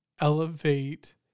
elevate